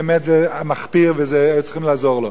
באמת זה מחפיר והיו צריכים לעזור לו,